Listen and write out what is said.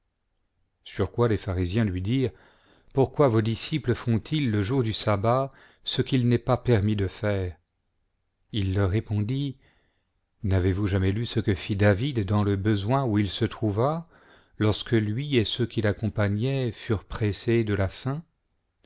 sur quoi les pharisiens lui dirent pourquoi vos disciples font-ils le jour du sabbat ce qu'il n'est pas permis de faire il leur repondit n'avezvous jamais lu ce que fit david dans le besoin où il se trouva lorsque lui et ceux qui l'accompagnaient furent pressés de la îaim